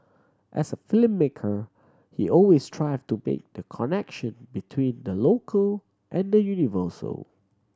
as a filmmaker he always strive to make the connection between the local and the universal